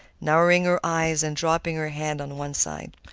narrowing her eyes, and dropping her head on one side.